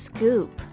Scoop